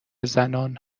زنان